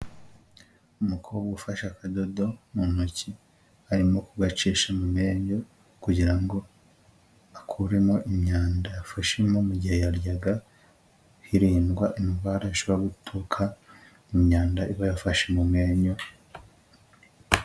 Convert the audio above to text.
Umukobwa ufashe akadodo mu ntoki arimo kugacisha mu menyo kugira ngo akuremo imyanda yafashemo mu gihe yaryaga, hirindwa indwara ishobora guturuka mu myanda iba yafashe mu menyo.